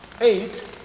eight